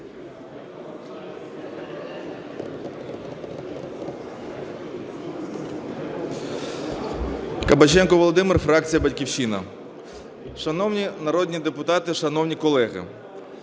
Кабаченко Володимир, фракція "Батьківщина". Шановні народні депутати, шановні колеги!